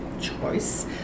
choice